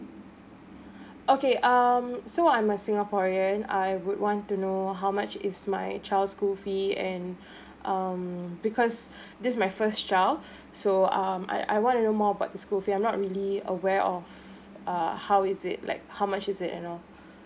okay um so I'm a singaporean I would want to know how much is my child school fee and um because this my first child so um I I wanna know more about school fee I'm not really aware of uh how is it like how much is it and all